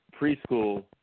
preschool